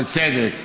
בצדק,